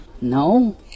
No